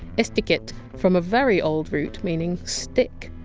estiquette, from a very old root meaning! stick.